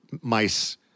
mice